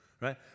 right